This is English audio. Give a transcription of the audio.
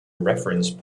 reference